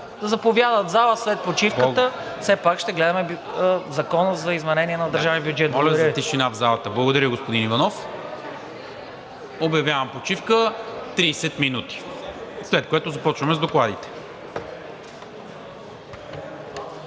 да заповядат в залата след почивката все пак ще гледаме Закона за изменение на държавния бюджет. ПРЕДСЕДАТЕЛ НИКОЛА МИНЧЕВ: Благодаря, господин Иванов. Обявявам почивка 30 минути, след което започваме с докладите.